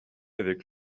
avec